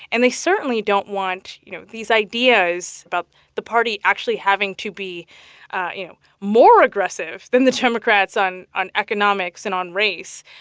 and they certainly don't want, you know, these ideas about the party actually having to be more aggressive than the democrats on on economics and on race.